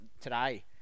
today